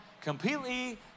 completely